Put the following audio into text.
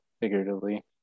figuratively